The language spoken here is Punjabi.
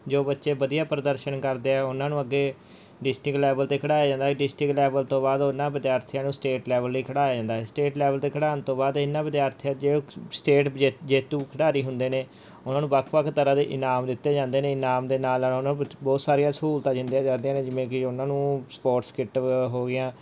ਜੋ ਬੱਚੇ ਵਧੀਆ ਪ੍ਰਦਰਸ਼ਨ ਕਰਦੇ ਆ ਉਹਨਾਂ ਨੂੰ ਅੱਗੇ ਡਿਸਟ੍ਰਿਕਟ ਲੈਵਲ 'ਤੇ ਖਿਡਾਇਆ ਜਾਂਦਾ ਡਿਸਟਰਿਕਟ ਲੈਵਲ ਤੋਂ ਬਾਅਦ ਉਹਨਾਂ ਵਿਦਿਆਰਥੀਆਂ ਨੂੰ ਸਟੇਟ ਲੈਵਲ ਲਈ ਖਿਡਾਇਆ ਜਾਂਦਾ ਸਟੇਟ ਲੈਵਲ 'ਤੇ ਖਿਡਾਉਣ ਤੋਂ ਬਾਅਦ ਇਹਨਾਂ ਵਿਦਿਆਰਥੀਆਂ ਜੇ ਸਟੇਟ ਜੇ ਜੇਤੂ ਖਿਡਾਰੀ ਹੁੰਦੇ ਨੇ ਉਹਨਾਂ ਨੂੰ ਵੱਖ ਵੱਖ ਤਰ੍ਹਾਂ ਦੇ ਇਨਾਮ ਦਿੱਤੇ ਜਾਂਦੇ ਨੇ ਇਨਾਮ ਦੇ ਨਾਲ ਨਾਲ ਉਹਨਾਂ ਨੂੰ ਬਹੁਤ ਸਾਰੀਆਂ ਸਹੂਲਤਾਂ ਜਿੱਤੀਆਂ ਜਾਂਦੀਆਂ ਨੇ ਜਿਵੇਂ ਕਿ ਉਹਨਾਂ ਨੂੰ ਸਪੋਰਟਸ ਕਿੱਟ ਵ ਹੋ ਗਈਆਂ